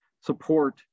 support